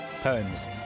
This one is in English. Poems